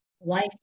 life